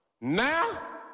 Now